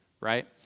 Right